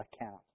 account